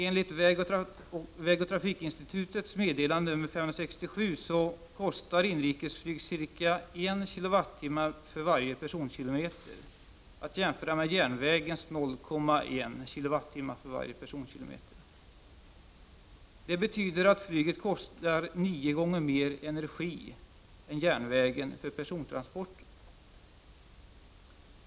Enligt vägoch trafikinstitutets meddelande nr 567 kostar inrikesflyg ca 1,0 kWh för varje personkilometer, att jämföra med järnvägens 0,11 kWh för varje personkilometer. Det betyder att flyget kostar nio gånger mer energi än järnvägen för persontransporter.